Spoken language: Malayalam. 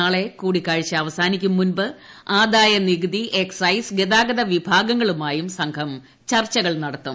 നാളെ കൂടിക്കാഴ്ച അവസാനിക്കും മുമ്പ് ആദായനികുതി എക്സൈസ് ഗതാഗത വിഭാഗങ്ങളുമായും സംഘം ചർച്ചകൾ നടത്തും